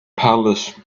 palace